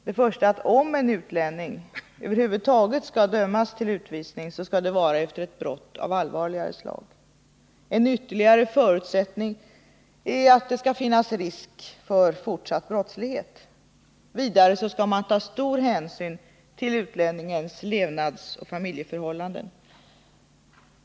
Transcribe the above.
Den första är att om en utlänning över huvud taget skall dömas till utvisning så skall det vara efter ett brott av allvarligare slag. En ytterligare förutsättning är att det skall finnas risk för fortsatt brottslighet. Vidare skall man ta stor hänsyn till utlänningens levnadsoch familjeförhållanden.